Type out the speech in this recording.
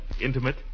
intimate